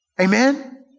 Amen